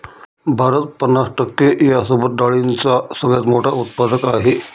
भारत पन्नास टक्के यांसोबत डाळींचा सगळ्यात मोठा उत्पादक आहे